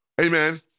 Amen